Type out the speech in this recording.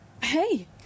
Hey